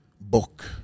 book